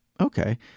Okay